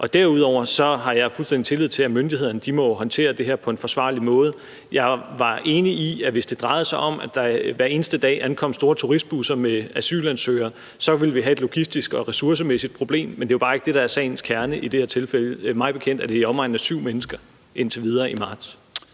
Derudover har jeg fuldstændig tillid til, at myndighederne håndterer det her på en forsvarlig måde. Jeg er enig i, at hvis det drejede sig om, at der hver eneste dag ankom store turistbusser med asylansøgere, ville vi have et logistisk og ressourcemæssigt problem, men det er jo bare ikke det, der er sagens kerne i det her tilfælde. Mig bekendt er det indtil videre i omegnen af syv mennesker i marts.